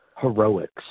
heroics